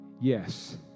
Yes